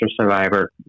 survivor